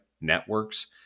networks